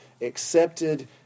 accepted